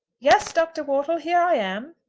yes, dr. wortle here i am.